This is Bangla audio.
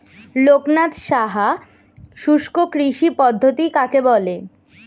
লোকনাথ সাহা শুষ্ককৃষি পদ্ধতি কাকে বলে?